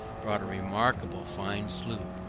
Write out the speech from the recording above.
bought a remarkable fine sloop,